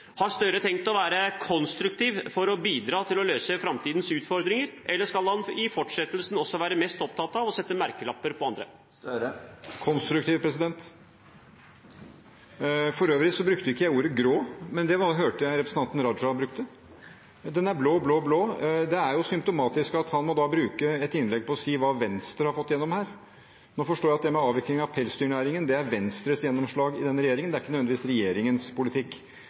Gahr Støre tenkt å være konstruktiv for å bidra til å løse framtidens utfordringer, eller skal han i fortsettelsen også være mest opptatt av å sette merkelapper på andre? Konstruktiv! For øvrig brukte jeg ikke ordet «grå», men det hørte jeg representanten Raja bruke. Regjeringen er blå-blå-blå. Det er symptomatisk at han må bruke et innlegg på å si hva Venstre har fått igjennom her. Nå forstår jeg at avviklingen av pelsdyrnæringen er Venstres gjennomslag i denne regjeringen og ikke nødvendigvis regjeringens politikk.